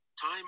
time